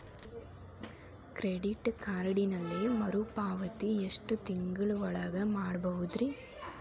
Credit ಕಾರ್ಡಿನಲ್ಲಿ ಮರುಪಾವತಿ ಎಷ್ಟು ತಿಂಗಳ ಒಳಗ ಮಾಡಬಹುದ್ರಿ?